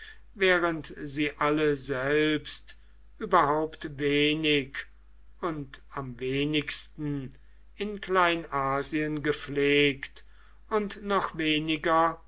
während sie alle selbst überhaupt wenig und am wenigsten in kleinasien gepflegt und noch weniger